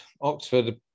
Oxford